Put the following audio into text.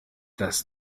das